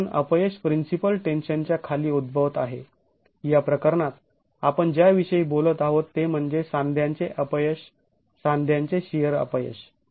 कारण अपयश प्रिन्सिपल टेन्शनच्या खाली उद्भवत आहे या प्रकरणात आपण ज्या विषयी बोलत आहोत ते म्हणजे सांध्यांचे अपयश सांध्यांचे शिअर अपयश